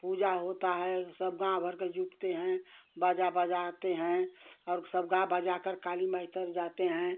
पूजा होता है सब गाँव घर के जुटते हैं बाजा बजाते हैं और सब गा बजाकर काली माई तर जाते हैं